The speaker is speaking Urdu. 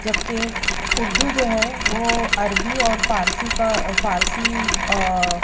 جبکہ اردو جو ہے وہ عربی اور فارسی کا فارسی